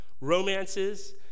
romances